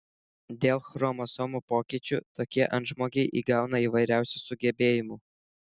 dėl chromosomų pokyčių tokie antžmogiai įgauna įvairiausių sugebėjimų